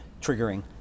triggering